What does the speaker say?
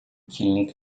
کلینیک